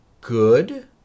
good